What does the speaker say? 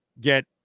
get